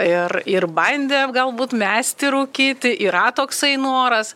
ir ir bandė galbūt mesti rūkyti yra toksai noras